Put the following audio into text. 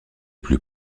plus